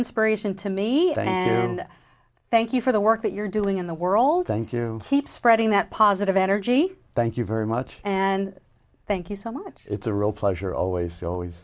inspiration to me and thank you for the work that you're doing in the world thank you keep spreading that positive energy thank you very much and thank you so much it's a real pleasure always always